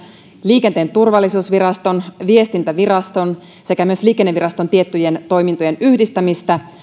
liikenteen turvallisuusviraston viestintäviraston sekä myös liikenneviraston tiettyjen toimintojen yhdistämistä